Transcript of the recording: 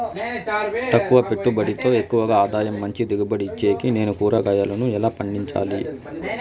తక్కువ పెట్టుబడితో ఎక్కువగా ఆదాయం మంచి దిగుబడి ఇచ్చేకి నేను కూరగాయలను ఎలా పండించాలి?